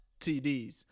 TDs